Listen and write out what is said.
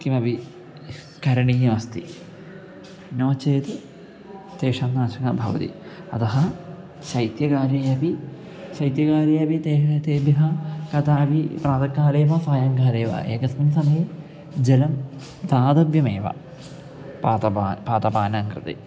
किमपि करणीयमस्ति नो चेत् तेषां नाशनं भवति अतः शैत्यकाले अपि शैत्यकाले अपि तेः तेभ्यः कदापि प्रातःकाले वा सायङ्काले वा एकस्मिन् समये जलं दातव्यमेव पादपानां पादपानां कृते